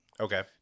Okay